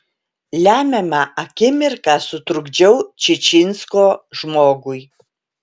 lemiamą akimirką sutrukdžiau čičinsko žmogui